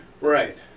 Right